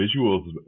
visuals